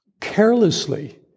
carelessly